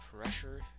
pressure